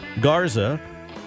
Garza